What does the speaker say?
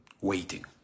waiting